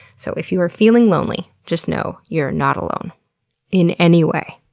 so if you're feeling lonely, just know, you're not alone in any way.